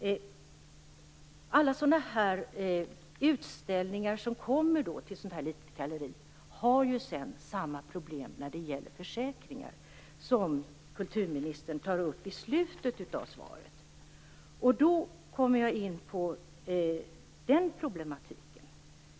Alla sådana här utställningar som kommer till ett litet galleri har sedan samma problem när det gäller försäkringar, som kulturministern tar upp i slutet av svaret. Då kommer jag in på den problematiken.